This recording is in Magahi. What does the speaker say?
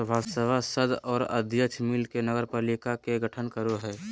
सभासद और अध्यक्ष मिल के नगरपालिका के गठन करो हइ